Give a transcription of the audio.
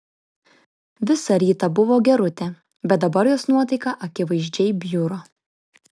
visą rytą buvo gerutė bet dabar jos nuotaika akivaizdžiai bjuro